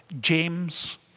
James